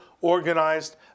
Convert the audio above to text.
organized